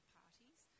parties